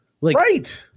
Right